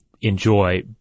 enjoy